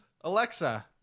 Alexa